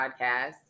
podcast